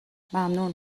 ممنون